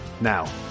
Now